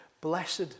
blessed